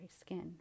skin